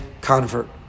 convert